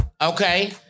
Okay